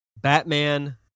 Batman